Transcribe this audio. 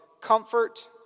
comfort